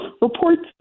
reports